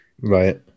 right